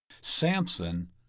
Samson